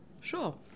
Sure